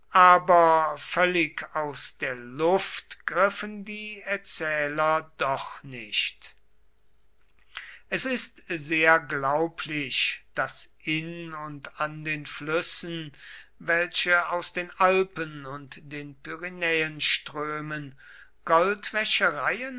aber völlig aus der luft griffen die erzähler doch nicht es ist sehr glaublich daß in und an den flüssen welche aus den alpen und den pyrenäen strömen